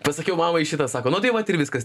pasakiau mamai šitą sako nu tai vat ir viskas